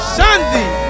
sunday